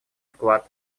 вклад